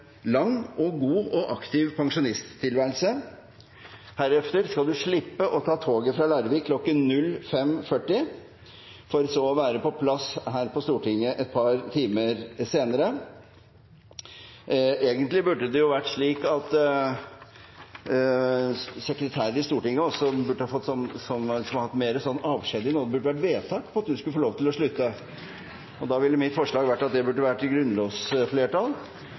lang, god og aktiv pensjonisttilværelse. Heretter skal du slippe å ta toget fra Larvik klokken 05.40 for så å være på plass her på Stortinget et par timer senere. Egentlig burde det vært slik med sekretærer i Stortinget som så å si har fått avskjed i nåde, at det burde ha vært vedtak om at de skulle få lov til å slutte. Da ville mitt forslag vært at det burde forutsette grunnlovsflertall.